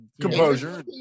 composure